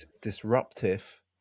disruptive